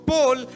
Paul